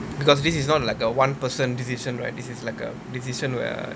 because this is not like a one person decision right this is like a decision where